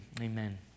amen